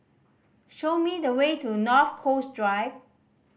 show me the way to North Coast Drive